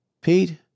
Pete